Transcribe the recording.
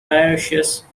dioecious